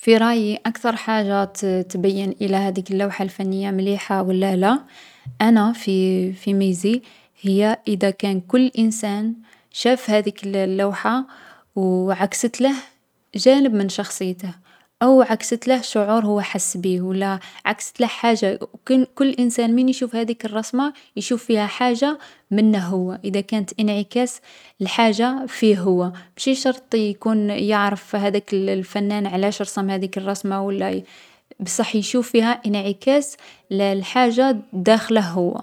في رايي أكثر حاجة تـ تبيّن الا هاديك اللوحة الفنية مليحة و لا لا، أنا في في ميزي هي ادا كان كل انسان شاف هاذيك الـ اللوحة و وعكست له جانب من شخصيته، أو عكست له شعور هو حس بيه و لا عكست له حاجة كان كل انسان من يشوف هاديك الرسمة يشوف فيها حاجة منه هو. ادا كانت انعكاس لحاجة فيه هو، مشي شرط يكون يعرف هاداك الـ الفنان علاش رسم هاديك لارسمة و لا يـ بصح يشوف فيها انعكاس لـ لحاجة داخله هو.